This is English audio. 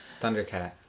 Thundercat